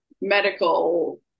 medical